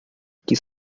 que